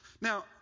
Now